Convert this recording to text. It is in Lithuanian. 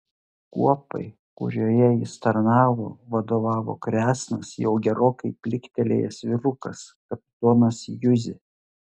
kuopai kurioje jis tarnavo vadovavo kresnas jau gerokai pliktelėjęs vyrukas kapitonas juzė